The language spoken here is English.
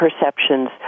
perceptions